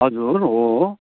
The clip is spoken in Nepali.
हजुर हो त हो